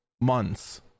months